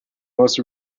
most